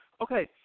Okay